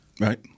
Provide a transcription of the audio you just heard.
Right